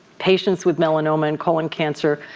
patients with melanoma and colon cancer,